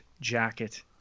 jacket